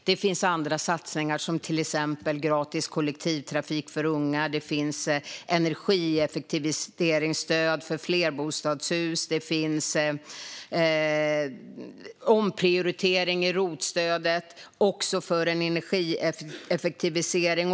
Det finns andra satsningar, till exempel gratis kollektivtrafik för unga, energieffektiviseringsstöd för flerbostadshus och omprioritering i rot-stödet, också för energieffektivisering.